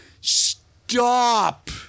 stop